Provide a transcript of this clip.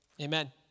Amen